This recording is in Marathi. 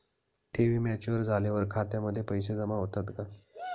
ठेवी मॅच्युअर झाल्यावर खात्यामध्ये पैसे जमा होतात का?